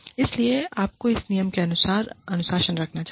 इसलिए आपको इस नियम के अनुसार अनुशासन रखना चाहिए